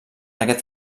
aquest